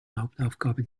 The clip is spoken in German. hauptaufgabe